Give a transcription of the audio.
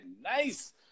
nice